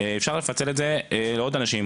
אפשר לפצל את זה לעוד אנשים.